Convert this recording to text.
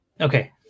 Okay